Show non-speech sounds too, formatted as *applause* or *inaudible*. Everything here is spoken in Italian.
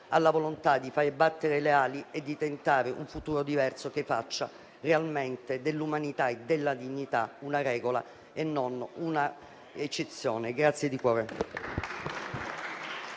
la volontà di far battere le ali e di tentare un futuro diverso, che faccia realmente dell'umanità e della dignità una regola e non un'eccezione. *applause*